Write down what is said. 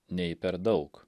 nei per daug